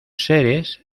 seres